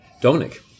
Dominic